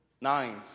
nines